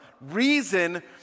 reason